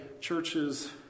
churches